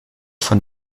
von